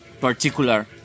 particular